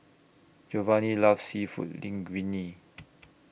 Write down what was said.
Geovanni loves Seafood Linguine